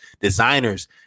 designers